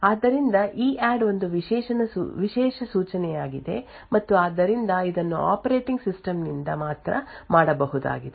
ಆದ್ದರಿಂದ EADD ಒಂದು ವಿಶೇಷ ಸೂಚನೆಯಾಗಿದೆ ಮತ್ತು ಆದ್ದರಿಂದ ಇದನ್ನು ಆಪರೇಟಿಂಗ್ ಸಿಸ್ಟಮ್ನಿಂದ ಮಾತ್ರ ಮಾಡಬಹುದಾಗಿದೆ